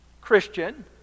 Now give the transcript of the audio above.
Christian